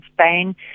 Spain